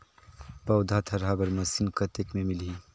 पौधा थरहा बर मशीन कतेक मे मिलही?